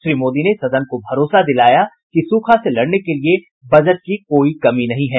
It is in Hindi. श्री मोदी ने सदन को भरोसा दिलाया कि सूखा से लड़ने के लिए बजट की कोई कमी नहीं है